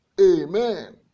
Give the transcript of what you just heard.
amen